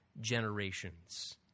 generations